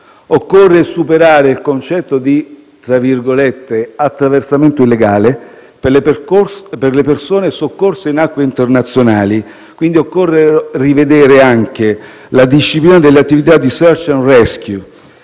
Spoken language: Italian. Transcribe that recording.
Occorre superare il concetto di «attraversamento illegale» per le persone soccorse in acque internazionali. Quindi, occorre rivedere anche la disciplina delle attività di *search and rescue*.